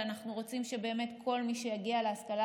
אלא אנחנו רוצים שבאמת כל מי שיגיע להשכלה